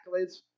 accolades